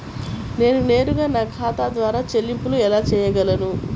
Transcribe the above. నేను నేరుగా నా ఖాతా ద్వారా చెల్లింపులు ఎలా చేయగలను?